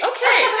Okay